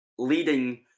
Leading